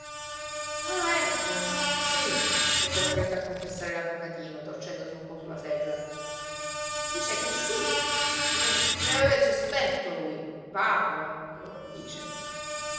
ah ecco sì è costretto a confessare l'avvocatino torcendosi un po sulla seggiola dice che sì ne ne aveva il sospetto lui vago ecco dice